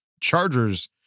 Chargers